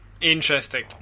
Interesting